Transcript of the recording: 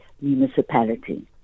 municipality